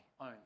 own